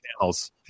channels